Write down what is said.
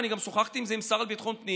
ואני גם שוחחתי על זה עם השר לביטחון פנים,